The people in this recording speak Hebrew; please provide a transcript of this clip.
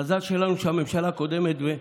מזל שלנו שהממשלה הקודמת,